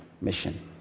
mission